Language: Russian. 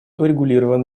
урегулирован